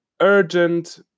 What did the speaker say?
urgent